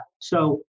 So-